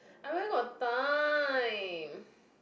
I where got time